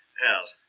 yes